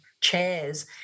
chairs